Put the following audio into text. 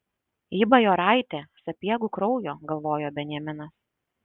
ji bajoraitė sapiegų kraujo galvojo benjaminas